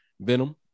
Venom